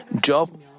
Job